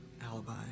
alibi